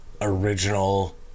original